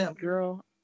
girl